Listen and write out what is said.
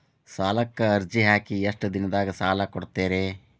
ಸಾಲಕ ಅರ್ಜಿ ಹಾಕಿ ಎಷ್ಟು ದಿನದಾಗ ಸಾಲ ಕೊಡ್ತೇರಿ?